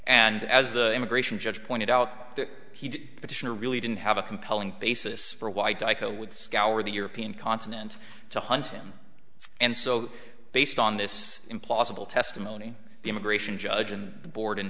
and as the immigration judge pointed out that he petitioner really didn't have a compelling basis for why dicho would scour the european continent to hunt him and so based on this implausible testimony the immigration judge and the board in